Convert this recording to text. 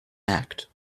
act